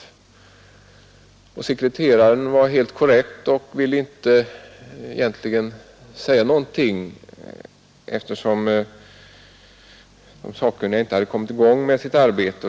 Sekreteraren var helt korrekt och ville inte uttala sig om saken, eftersom de sakkunniga inte kommit i gång med sitt arbete.